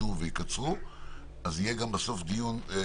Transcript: נמצאים אתי גם בזום הזה מדור נפגעי עבירה